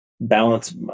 balance